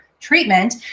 treatment